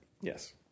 Yes